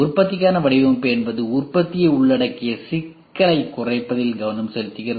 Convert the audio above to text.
உற்பத்திக்கான வடிவமைப்பு என்பது உற்பத்தியை உள்ளடக்கிய சிக்கலைக் குறைப்பதில் கவனம் செலுத்துகிறது